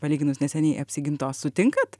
palyginus neseniai apsigintos sutinkat